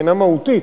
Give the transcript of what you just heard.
מבחינה מהותית,